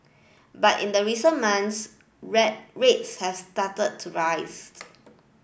but in the recent months red rates have started to rise